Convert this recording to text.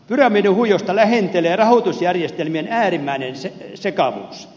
pyramidihuijausta lähentelee rahoitusjärjestelmien äärimmäinen sekavuus